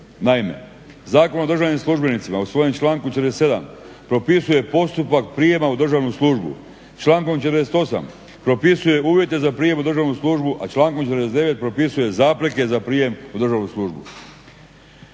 Naime, Zakon o državnim službenicima u svojem članku 47.propisuje postupak prijema u državnu službu. Člankom 48.propisuje uvjete za prijam u državnu službu, a člankom 49.propisuje zapreke za prijem u državnu službu.